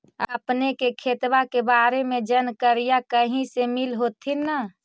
अपने के खेतबा के बारे मे जनकरीया कही से मिल होथिं न?